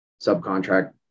subcontract